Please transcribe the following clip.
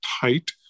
tight